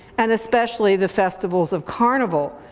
and especially the festivals of carnival,